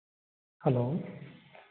hello